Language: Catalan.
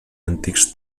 antics